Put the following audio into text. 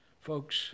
Folks